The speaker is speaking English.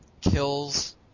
kills